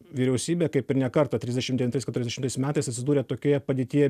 vyriausybė kaip ir ne kartą trisdešim devintais keturiasdešimtais metais atsidūrė tokioje padėtyje